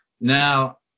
Now